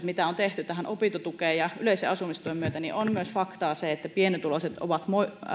mitä on tehty tähän opintotukeen ja yleisen asumistuen myötä on myös faktaa se että pienituloiset ovat